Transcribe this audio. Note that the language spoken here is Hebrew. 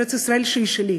ארץ-ישראל שהיא שלי,